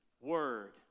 word